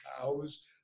cows